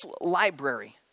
library